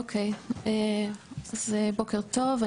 בוקר טוב.